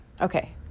Okay